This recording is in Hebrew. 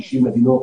ב-60 מדינות,